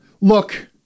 look